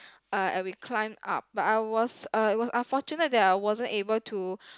uh and we climb up but I was uh I was unfortunate that I wasn't able to